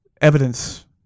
evidence